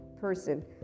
person